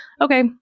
Okay